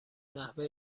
نحوه